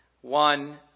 one